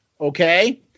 okay